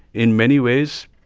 in many ways,